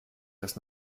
das